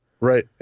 Right